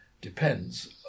depends